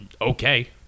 okay